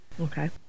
Okay